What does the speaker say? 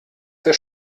der